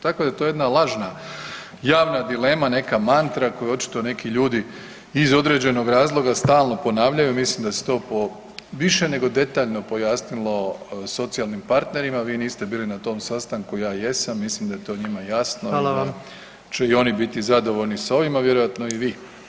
Tako da je to jedna lažna javna dilema, neka mantra koju očito neki ljudi iz određenog razloga stalno ponavljaju a mislim da se po više nego detaljno pojasnilo socijalnim partnerima, vi niste bili na tom sastanku, ja jesam, mislim da je to njima jasno [[Upadica predsjednik: Hvala vam.]] i da će i oni biti zadovoljni s ovim a vjerojatno i vi.